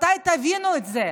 מתי תבינו את זה?